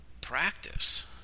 practice